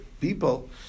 people